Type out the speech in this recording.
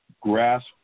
grasp